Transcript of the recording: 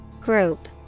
Group